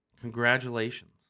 Congratulations